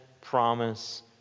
promise